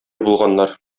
булганнар